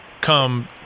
come